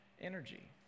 energy